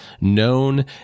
known